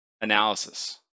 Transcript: analysis